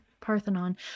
parthenon